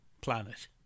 planet